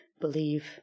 believe